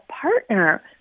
partner